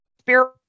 spirit